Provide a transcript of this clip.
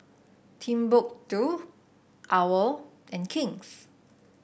Timbuk two OWL and King's